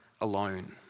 alone